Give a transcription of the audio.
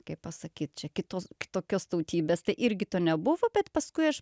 kaip pasakyt čia kitos kitokios tautybės tai irgi to nebuvo bet paskui aš